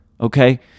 okay